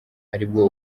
aribwo